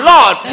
Lord